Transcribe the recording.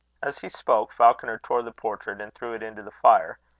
as he spoke, falconer tore the portrait and threw it into the fire.